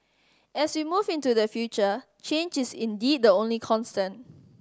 as we move into the future change is indeed the only constant